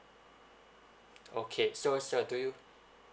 okay so sir do you